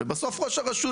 ובסוף ראש הרשות,